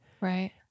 Right